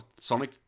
Sonic